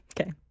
Okay